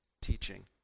teaching